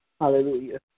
hallelujah